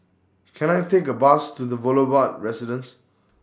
Can I Take A Bus to The Residence